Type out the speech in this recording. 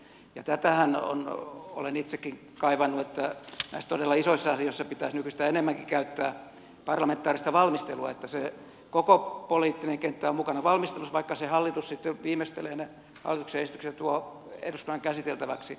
ja tätähän olen itsekin kaivannut että näissä todella isoissa asioissa pitäisi nykyistä enemmänkin käyttää parlamentaarista valmistelua että se koko poliittinen kenttä on mukana valmistelussa vaikka se hallitus sitten viimeistelee ne hallituksen esitykset ja tuo eduskunnan käsiteltäväksi